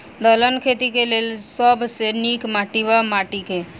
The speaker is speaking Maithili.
दलहन खेती केँ लेल सब सऽ नीक माटि वा माटि केँ?